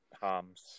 harms